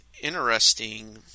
interesting